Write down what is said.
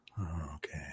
Okay